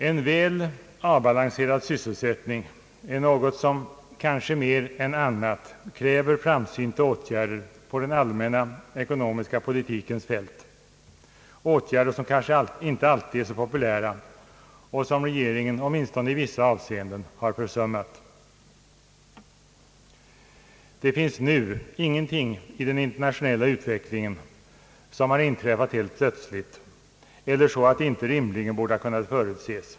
En väl avbalanserad sysselsättning är något som kanske mer än annat kräver framsynta åtgärder på den allmänna ekonomiska politikens fält, åtgärder som kanske inte alltid är så populära och som regeringen åtminstone i vissa avseenden har försummat. Det finns nu ingenting i den internationella utvecklingen som har inträffat helt plötsligt eller som inte rimligen borde ha kunnat förutses.